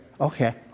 Okay